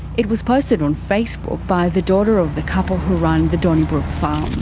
it was posted on facebook by the daughter of the couple who run the donnybrook farm.